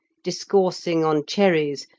discoursing on cherries,